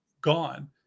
gone